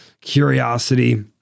curiosity